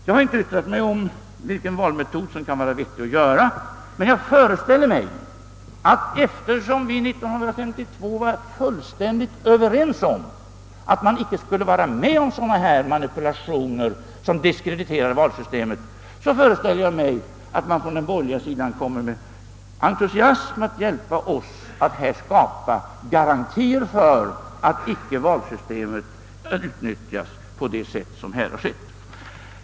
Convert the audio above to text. Jag har inte yttrat mig om vilken valmetod som kan vara vettigast att genomföra, men jag föreställer mig att man, eftersom vi 1952 var fullständigt överens om att man inte skulle vara med om sådana manipulationer som misskrediterar valsystemet, från den borgerliga sidan med entusiasm kommer att hjälpa oss att skapa garantier för att inte valsystemet skall utnyttjas på det sätt som nu skett.